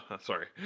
sorry